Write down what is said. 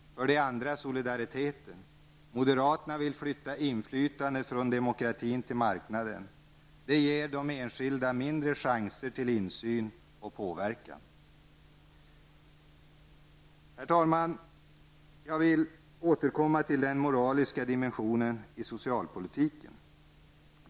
För det andra gäller det solidariteten. Moderaterna vill flytta inflytandet från demokratin till marknaden. Det ger de enskilda mindre chanser till insyn och påverkan. Herr talman! Jag vill återkomma till den moraliska dimensionen i socialpolitiken.